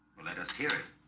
let us hear